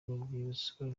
rwibutso